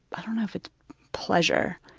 but know if it's pleasure,